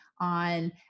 on